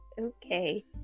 Okay